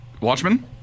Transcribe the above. Watchmen